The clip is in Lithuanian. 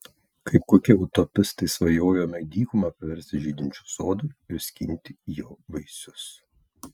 kaip kokie utopistai svajojome dykumą paversti žydinčiu sodu ir skinti jo vaisius